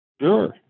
Sure